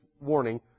warning